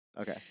Okay